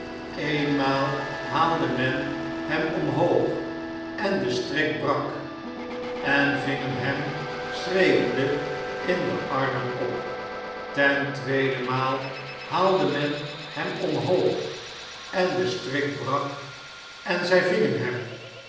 mnmaal haalde men hem omhoog en de strik brak en ze vingen hem schreeuwende in de armen op ten tweede maal haalde men hem omhoog en de strik brak en zij vingen hem